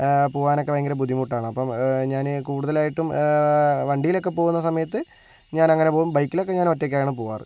പോവാനൊക്കെ ഭയങ്കര ബുദ്ധിമുട്ടാണ് അപ്പോൾ ഞാന് കൂടുതലായിട്ടും വണ്ടിയിലൊക്കെ പോകുന്ന സമയത്ത് ഞാനങ്ങനെ പോകും ബൈക്കിലൊക്കെ ഞാൻ ഒറ്റക്കാണ് പോകാറ്